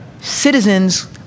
citizens